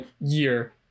year